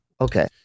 Okay